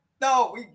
no